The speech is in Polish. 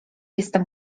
jestem